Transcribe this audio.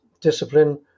discipline